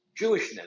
Jewishness